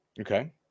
Okay